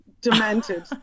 demented